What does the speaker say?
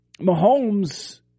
Mahomes